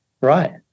Right